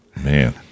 Man